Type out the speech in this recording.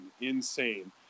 insane